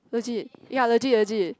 legit ya legit legit